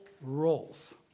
roles